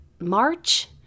March